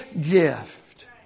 gift